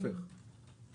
לא, להפך.